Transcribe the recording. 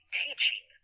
teaching